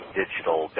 digital